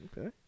Okay